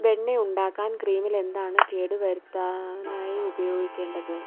വെണ്ണ ഉണ്ടാക്കാൻ ക്രീമിൽ എന്താണ് കേടുവരുത്താനായി ഉപയോഗിക്കേണ്ടത്